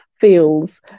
feels